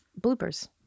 bloopers